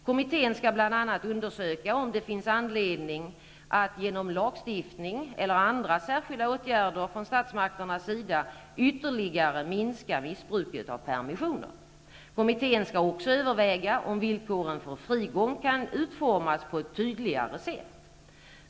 Kommittén skall bl.a. undersöka om det finns anledning att genom lagstiftning eller andra särskilda åtgärder från statsmakternas sida ytterligare minska missbruket av permissioner. Kommittén skall också överväga om villkoren för frigång kan utformas på ett tydligare sätt.